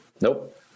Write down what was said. nope